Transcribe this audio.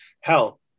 hell